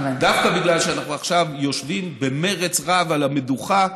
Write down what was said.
דווקא בגלל שאנחנו עכשיו יושבים במרץ רב על המדוכה,